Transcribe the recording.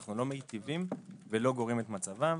אנו לא מיטיבים ולא גורעים מצבם.